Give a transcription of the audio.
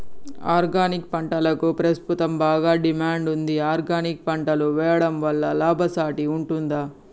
Organic పంటలకు ప్రస్తుతం బాగా డిమాండ్ ఉంది ఆర్గానిక్ పంటలు వేయడం వల్ల లాభసాటి ఉంటుందా?